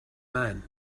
man